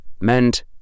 meant